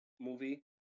movie